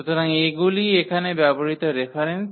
সুতরাং এগুলি এখানে ব্যবহৃত রেফারেন্স